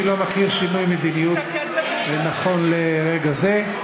אני לא מכיר שינוי מדיניות נכון לרגע זה.